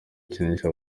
gukinisha